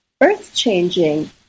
Earth-changing